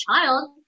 child